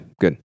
good